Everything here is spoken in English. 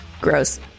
Gross